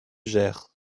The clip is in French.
gers